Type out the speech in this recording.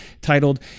titled